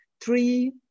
three